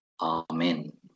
Amen